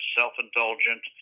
self-indulgent